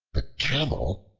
the camel,